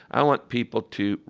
i want people to